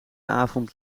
avond